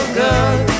good